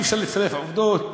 אי-אפשר לסלף עובדות,